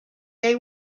they